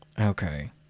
okay